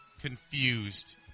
Confused